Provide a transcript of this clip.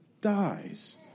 dies